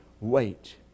wait